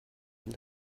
wenn